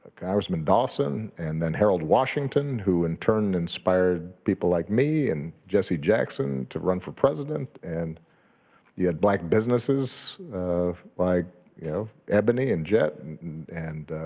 congressman dawson and then harold washington, who in turn, inspired people like me and jesse jackson to run for president. and you had black businesses like you know ebony and jet and and